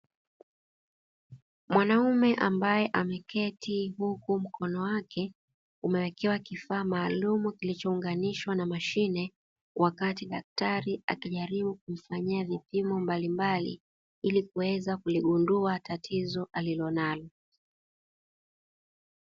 Mwanaume ambaye ameketi huku mkono wake umewekewa kifaa maalumu kilicho unganishwa na mashine, wakati daktari akijalibu kumfanyia vipimo mbalimbali ili Kuweza kuligundua tatizo alilonalo.